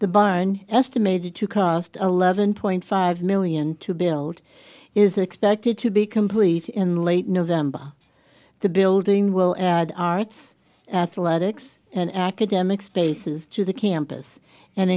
barn estimated to cost eleven point five million to build is expected to be completed in late november the building will add arts athletics and academic spaces to the campus and